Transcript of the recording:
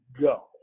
go